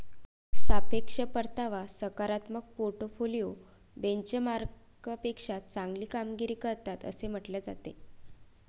सापेक्ष परतावा सकारात्मक पोर्टफोलिओ बेंचमार्कपेक्षा चांगली कामगिरी करतात असे म्हटले जाते